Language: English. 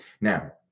now